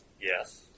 Yes